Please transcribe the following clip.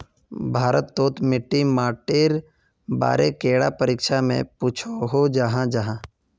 भारत तोत मिट्टी माटिर बारे कैडा परीक्षा में पुछोहो जाहा जाहा?